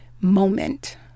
moment